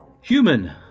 Human